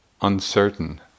uncertain